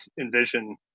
envision